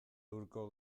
hurko